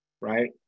right